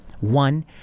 One